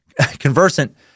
conversant